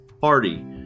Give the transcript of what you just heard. party